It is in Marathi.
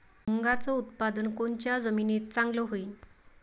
मुंगाचं उत्पादन कोनच्या जमीनीत चांगलं होईन?